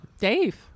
Dave